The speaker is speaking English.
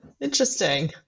interesting